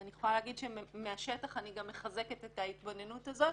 ואני יכולה להגיד שמהשטח אני גם מחזקת את ההתבוננות הזאת.